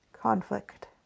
Conflict